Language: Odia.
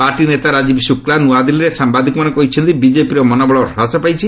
ପାର୍ଟି ନେତା ରାଜୀବ୍ ଶୁକ୍ଳା ନୂଆଦିଲ୍ଲୀରେ ସାମ୍ଭାଦିକମାନଙ୍କୁ କହିଛନ୍ତି ବିଜେପିର ମନୋବଳ ହ୍ରାସ ପାଇଛି